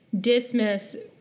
dismiss